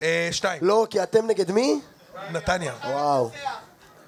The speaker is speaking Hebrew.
שתיים. לא, כי אתם נגד מי? נתניה. וואו.